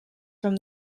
from